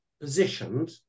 positioned